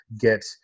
get